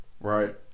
right